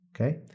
Okay